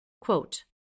Quote